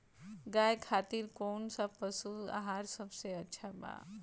गाय खातिर कउन सा पशु आहार सबसे अच्छा बा?